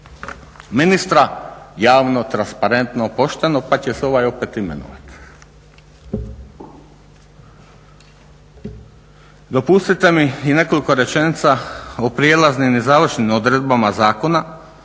ministra javno, transparentno, pošteno pa će se ovaj opet imenovat. Dopustite mi i nekoliko rečenica o prijelaznim i završnim odredbama zakona